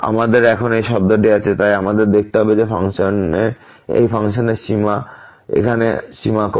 আমাদের এখন এই শব্দটি আছে তাই আমাদের দেখতে হবে এই ফাংশনের এখানে সীমা কত